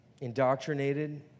indoctrinated